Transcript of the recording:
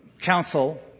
council